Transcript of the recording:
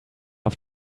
auf